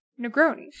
Negroni